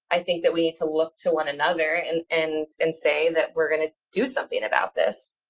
i think that we need to look to one another and and and say that we're going to do something about this.